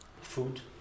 food